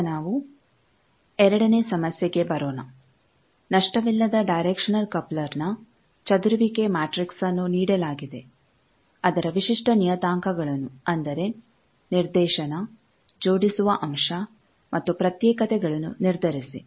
ಈಗ ನಾವು ಎರಡನೇ ಸಮಸ್ಯೆಗೆ ಬರೋಣ ನಷ್ಟವಿಲ್ಲದ ಡೈರೆಕ್ಷನಲ್ ಕಪ್ಲರ್ನ ಚದುರುವಿಕೆ ಮ್ಯಾಟ್ರಿಕ್ಸ್ಅನ್ನು ನೀಡಲಾಗಿದೆ ಅದರ ವಿಶಿಷ್ಟ ನಿಯತಾಂಕಗಳನ್ನು ಅಂದರೆ ನಿರ್ದೇಶನ ಜೋಡಿಸುವ ಅಂಶ ಮತ್ತು ಪ್ರತ್ಯೇಕತೆಗಳನ್ನು ನಿರ್ಧರಿಸಿ